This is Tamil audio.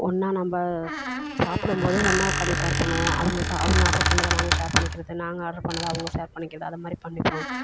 ஒன்னாக நம்ம சாப்பிடும் போதும் ஒன்னாக உக்காந்தே ஷேர் பண்ணுவோம் அவங்க ச அவங்க ஆட்ரு பண்ணதை நாங்கள் ஷேர் பண்ணிக்கிறது நாங்கள் ஆட்ரு பண்ணதை அவங்க ஷேர் பண்ணிக்கிறது அதை மாதிரி பண்ணிப்போம்